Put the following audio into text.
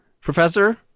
Professor